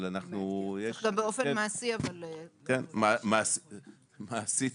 את צודקת מעשית,